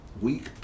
week